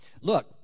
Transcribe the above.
Look